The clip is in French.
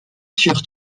furent